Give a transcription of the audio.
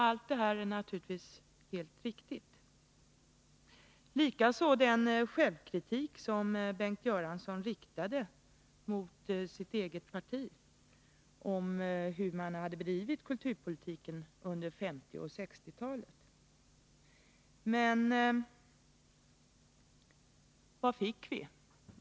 Allt detta är naturligtvis helt riktigt — likaså den självkritik som Bengt Göransson riktade mot sitt eget parti för den kulturpolitik som man hade bedrivit under 1950 och 1960-talen. Men vad fick vi?